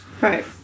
Right